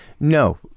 No